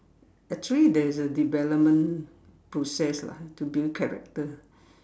actually there's a development process lah to build character